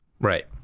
right